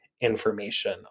information